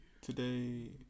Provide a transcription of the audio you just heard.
today